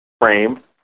frame